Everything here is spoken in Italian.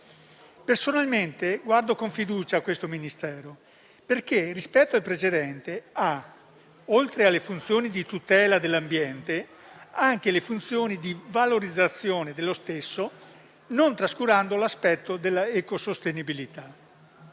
Personalmente guardo con fiducia a questo Ministero, perché, rispetto al precedente, oltre alle funzioni di tutela dell'ambiente, ha anche quelle relative alla sua valorizzazione senza trascurare l'aspetto dell'ecosostenibilità.